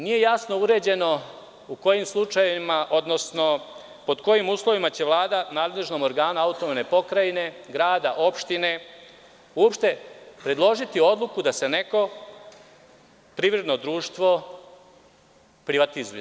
Nije jasno uređeno u kojim slučajevima, odnosno pod kojim uslovima će Vlada nadležnom organu AP, grada, opštine, uopšte predložiti odluku da se neko privredno društvo privatizuje?